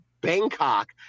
Bangkok